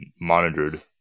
monitored